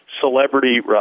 celebrity